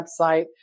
website